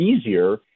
easier